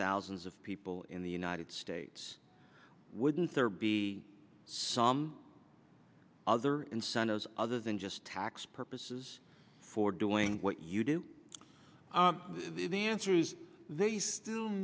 thousands of people in the united states wouldn't there be some other incentives other than just tax purposes for doing what you do the answer is they still